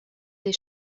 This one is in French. des